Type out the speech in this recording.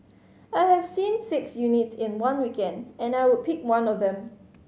I have seen six unit in one weekend and I would pick one of them